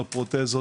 לפרוטזות,